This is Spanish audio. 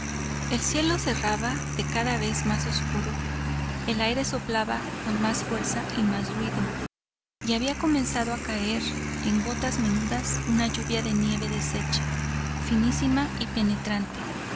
el cielo cerraba de cada vez más oscuro el aire soplaba con más fuerza y más ruido y había comenzado a caer en gotas menudas una lluvia de nieve deshecha finísima y penetrante